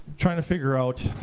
trying to figure out,